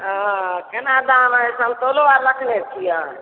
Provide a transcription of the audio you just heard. हँ केना दाम हए सन्तोलो आर रखने छियै